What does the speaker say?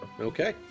Okay